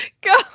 go